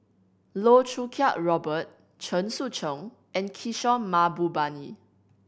Loh Choo Kiat Robert Chen Sucheng and Kishore Mahbubani